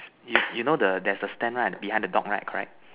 is you know there's the stand right behind the dog right correct